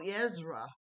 Ezra